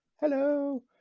hello